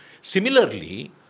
Similarly